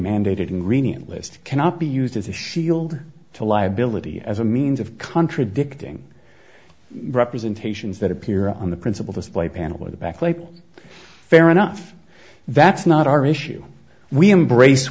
mandated ingredient list cannot be used as a shield to liability as a means of contradicting representations that appear on the principle display panel at the back label fair enough that's not our issue we embrace